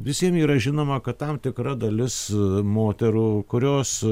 visiem yra žinoma kad tam tikra dalis moterų kurios